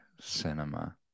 cinema